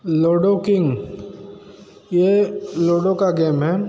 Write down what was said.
ludo King ये Ludo का game है